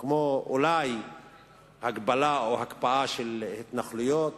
כמו הגבלה או הקפאה של התנחלויות,